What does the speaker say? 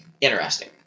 interesting